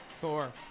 Thor